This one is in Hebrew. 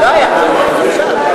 זה לא היה קודם, זה עכשיו.